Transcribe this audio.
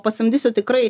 pasamdysiu tikrai